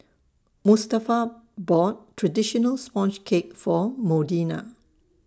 Mustafa bought Traditional Sponge Cake For Modena